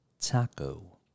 taco